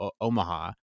Omaha